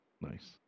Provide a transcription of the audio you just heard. Nice